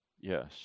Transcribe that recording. Yes